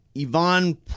Ivan